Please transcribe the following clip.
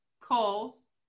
calls